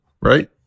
right